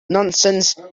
nonsense